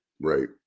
Right